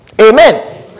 Amen